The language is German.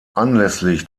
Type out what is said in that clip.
anlässlich